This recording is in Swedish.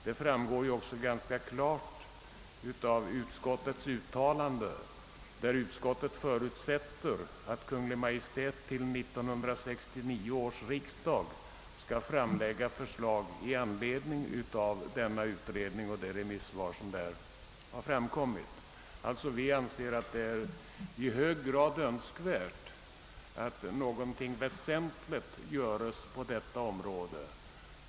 Detta framgår också klart av utskottets uttalande, vari utskottet förutsätter att Kungl. Maj:t till 1969 års riksdag skall framlägga förslag i anledning av denna utredning och de remissvar som i anledning av denna har framkommit. Vi anser det alltså i hög grad önskvärt att någonting väsentligt görs på detta område.